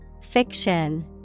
Fiction